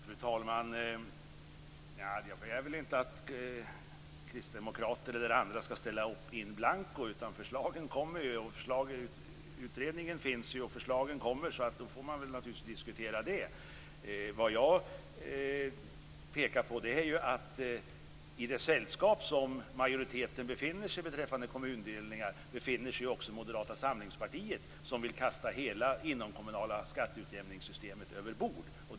Fru talman! Jag begär väl inte att kristdemokrater eller andra skall ställa upp in blanko. Det finns ju en förslagsutredning och förslagen kommer, och då får man naturligtvis diskutera det. Vad jag pekar på är att i det sällskap som majoriteten befinner sig beträffande kommundelningar, befinner sig också Moderata samlingspartiet, som vill kasta hela det inomkommunala skatteujämningssystemet över bord.